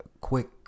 quick